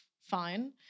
fine